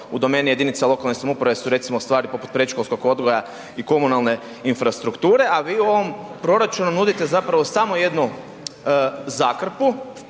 u domeni jedinica lokalne samouprave su recimo stvari poput predškolskog odgoja i komunalne infrastrukture a vi u ovom proračunu nudite zapravo samo jednu zakrpu